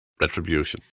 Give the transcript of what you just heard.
retribution